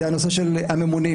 זה הנושא של הממונים.